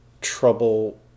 trouble